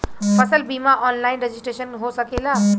फसल बिमा online registration हो सकेला?